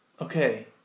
Okay